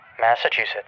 Massachusetts